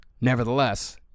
Nevertheless